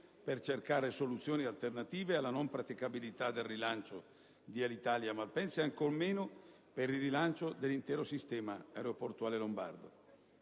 per cercare soluzioni alternative alla non praticabilità del rilancio di Alitalia a Malpensa e ancor meno per il rilancio dell'intero sistema aeroportuale lombardo.